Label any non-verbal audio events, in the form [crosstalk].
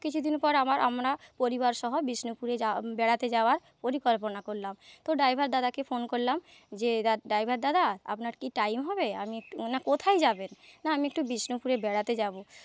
তো কিছুদিন পর আবার আমরা পরিবারসহ বিষ্ণুপুরে যাওয়া বেড়াতে যাওয়ার পরিকল্পনা করলাম তো ড্রাইভার দাদাকে ফোন করলাম যে ড্রাইভার দাদা আপনার কি টাইম হবে [unintelligible] না কোথায় যাবেন না আমি একটু বিষ্ণুপুরে বেড়াতে যাবো